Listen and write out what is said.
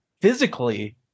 physically